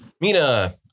Mina